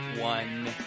one